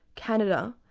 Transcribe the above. canada,